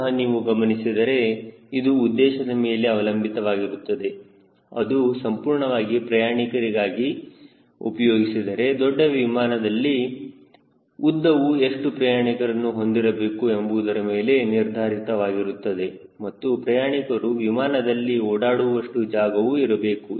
ಪುನಹ ನೀವು ಗಮನಿಸಿದರೆ ಅದು ಉದ್ದೇಶದ ಮೇಲೆ ಅವಲಂಬಿತವಾಗಿರುತ್ತದೆ ಅದು ಸಂಪೂರ್ಣವಾಗಿ ಪ್ರಯಾಣಿಕರಿಗಾಗಿ ಉಪಯೋಗಿಸಿದರೆ ದೊಡ್ಡ ವಿಮಾನ ಆದಲ್ಲಿ ಉದ್ದವು ಎಷ್ಟು ಪ್ರಯಾಣಿಕರನ್ನು ಹೊಂದಿರಬೇಕು ಎಂಬುದರ ಮೇಲೆ ನಿರ್ಧಾರಿತವಾಗಿರುತ್ತದೆ ಮತ್ತು ಪ್ರಯಾಣಿಕರು ವಿಮಾನದಲ್ಲಿ ಓಡಾಡುವಷ್ಟು ಜಾಗವು ಇರಬೇಕು